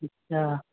अच्छा